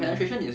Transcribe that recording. um